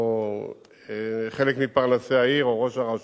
או חלק מפרנסי העיר, או ראש הרשות,